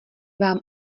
vám